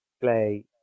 play